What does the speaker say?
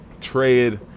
Trade